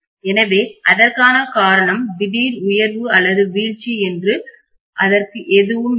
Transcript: எனவே அதற்கான காரணம் திடீர் உயர்வு அல்லது வீழ்ச்சி என்று அதற்கு எதுவும் இல்லை